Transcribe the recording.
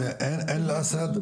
עין אל אסד,